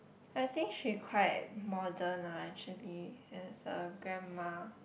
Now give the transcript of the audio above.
I think she quite modern lah actually as a grandma